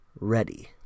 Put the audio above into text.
ready